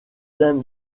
d’un